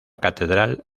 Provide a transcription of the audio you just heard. catedral